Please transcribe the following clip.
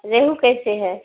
ریہو کیسے ہے